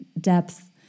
depth